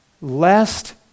lest